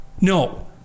No